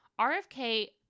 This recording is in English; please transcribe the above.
RFK